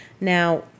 Now